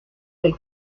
del